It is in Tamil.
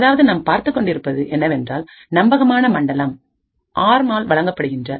அதாவது நாம் பார்த்துக்கொண்டு இருப்பது என்னவென்றால் நம்பகமான மண்டலம் ஆர்ம் ஆல் வழங்கப்படுகின்றது